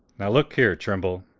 now look here, timbrell